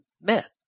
met